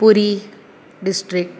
पूरी district